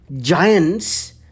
giants